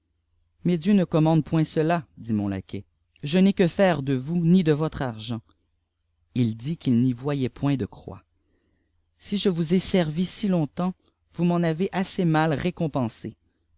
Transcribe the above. mais ieu ne compaande point cela dit mon laquais je n'ai que faire de vous ni de votre argent il dit qu'il n'y voyait point de croix si je vous ai servi si longtemps vous m'en avez assez mal récompensé